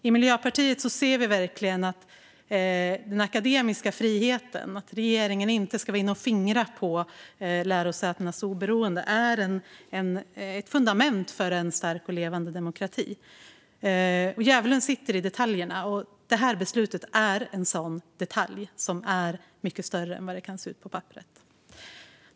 I Miljöpartiet anser vi verkligen att den akademiska friheten - och att regeringen inte ska vara inne och fingra på lärosätenas oberoende - är ett fundament för en stark och levande demokrati. Djävulen sitter i detaljerna. Och det här beslutet är en sådan detalj, som är mycket större än den kan se ut på papperet.